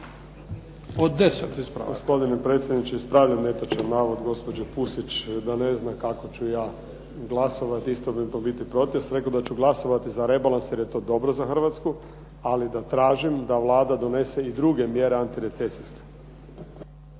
Ivan (HSLS)** Gospodine predsjedniče, ispravljam netočan navod gospođe Pusić da ne zna kako ću ja glasovati, … /Govornik se ne razumije./ … rekao da ću glasovati za rebalans jer je to dobro za Hrvatsku, ali da tražim da Vlada donese i druge mjere antirecesijske.